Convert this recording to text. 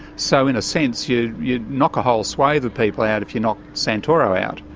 so in a sense you'd you'd knock a whole swathe of people out if you knock santoro out.